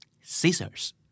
scissors